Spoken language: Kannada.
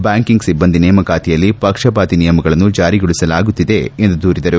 ಬ್ಬಾಂಕಿಂಗ್ ಸಿಬ್ಬಂದಿ ನೇಮಕಾತಿಯಲ್ಲಿ ಪಕ್ಷಪಾತಿ ನಿಯಮಗಳನ್ನು ಜಾರಿಗೊಳಸಲಾಗುತ್ತಿದೆ ಎಂದು ದೂರಿದರು